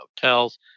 hotels